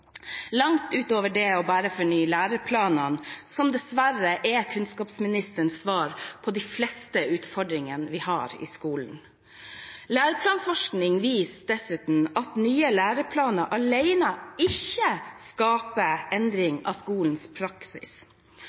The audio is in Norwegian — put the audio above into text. langt utover det å bare fornye læreplanene, som dessverre er kunnskapsministerens svar på de fleste utfordringene vi har i skolen. Læreplanforskning viser dessuten at nye læreplaner alene ikke skaper endring av skolens praksis.